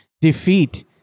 defeat